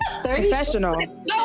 Professional